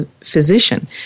physician